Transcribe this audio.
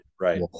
Right